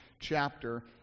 chapter